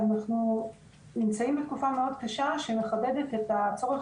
שאנחנו נמצאים בתקופה מאוד קשה שמחדדת את הצורך